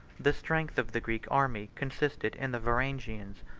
the strength of the greek army consisted in the varangians,